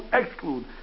exclude